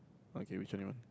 okay which one you want